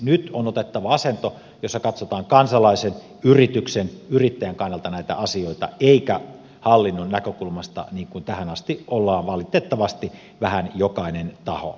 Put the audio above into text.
nyt on otettava asento jossa katsotaan kansalaisen yrityksen yrittäjän kannalta näitä asioita eikä hallinnon näkökulmasta niin kuin tähän asti ollaan valitettavasti vähän jokaisella taholla tehty